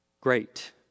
great